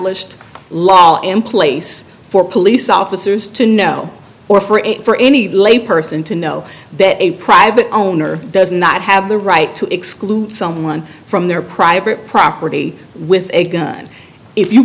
d law in place for police officers to know or for any layperson to know that a private owner does not have the right to exclude someone from their private property with a gun if you